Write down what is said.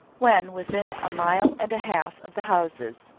when within a mile and a half of the houses,